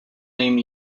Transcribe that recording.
name